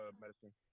medicine